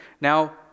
now